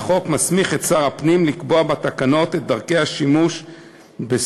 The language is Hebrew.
לחוק מסמיך את שר הפנים לקבוע בתקנות את דרכי השימוש בסמל